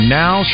now